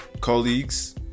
colleagues